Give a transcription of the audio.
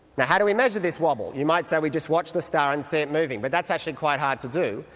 and how do we measure this wobble? you might say we just watch the star and see it moving but that's actually quite hard to do.